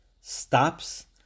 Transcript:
stops